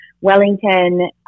Wellington